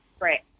Right